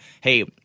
hey